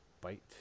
bite